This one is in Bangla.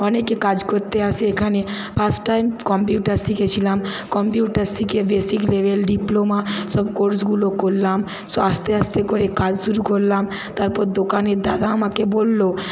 অনেকে কাজ করতে আসে এখানে ফার্স্ট টাইম কম্পিউটার শিখেছিলাম কম্পিউটার শিখে বেসিক লেভেল ডিপ্লোমা সব কোর্সগুলো করলাম আস্তে আস্তে করে কাজ শুরু করলাম তারপর দোকানের দাদা আমাকে বললো